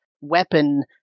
weapon